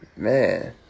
Man